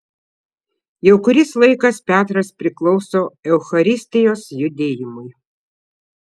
jau kuris laikas petras priklauso eucharistijos judėjimui